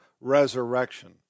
resurrection